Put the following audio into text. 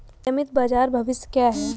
नियमित बाजार का भविष्य क्या है?